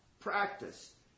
practice